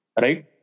Right